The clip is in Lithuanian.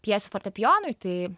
pjesę fortepijonui tai